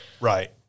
Right